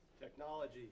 Technology